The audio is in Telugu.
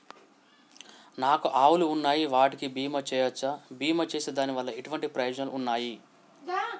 నాకు ఆవులు ఉన్నాయి వాటికి బీమా చెయ్యవచ్చా? బీమా చేస్తే దాని వల్ల ఎటువంటి ప్రయోజనాలు ఉన్నాయి?